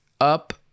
up